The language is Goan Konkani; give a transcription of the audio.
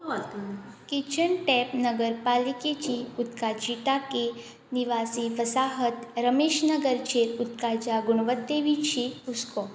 किचन टॅप नगर पालिकेची उदकाची टांकी निवासी फसाहत रमेशनगरचेर उदकाच्या गुणवत्तेविशीं हुस्को